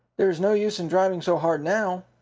there is no use in driving so hard now.